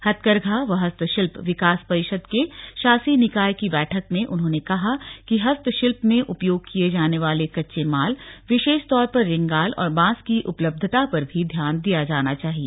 हथकरघा व हस्तशिल्प विकास परिषद के शासी निकाय की बैठक में उन्होंने कहा कि हस्तशिल्प में उपयोग किए जाने वाले कच्चे माल विशेष तौर पर रिंगाल और बांस की उपलब्धता पर भी ध्यान दिया जाना चाहिए